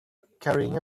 carrying